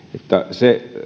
se